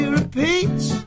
repeats